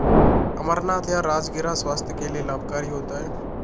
अमरनाथ या राजगिरा स्वास्थ्य के लिए लाभकारी होता है